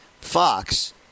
Fox